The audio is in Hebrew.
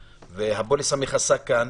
והפוליסה מכסה פה?